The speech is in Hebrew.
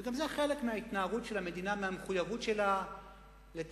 וגם זה חלק מההתנערות של המדינה מהמחויבות שלה לתרבות,